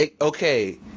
Okay